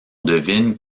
devine